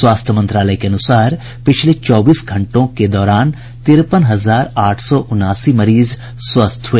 स्वास्थ्य मंत्रालय के अनुसार पिछले चौबीस घंटों के दौरान तिरपेन हजार आठ सौ उनासी मरीज स्वस्थ हुए